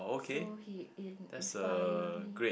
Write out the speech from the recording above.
so he in inspire me